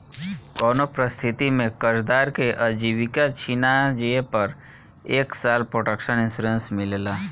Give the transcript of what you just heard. कउनो परिस्थिति में कर्जदार के आजीविका छिना जिए पर एक साल प्रोटक्शन इंश्योरेंस मिलेला